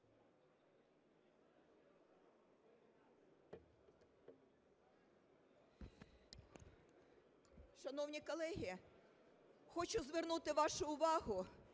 Шановні колеги, хочу звернути вашу увагу,